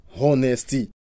honesty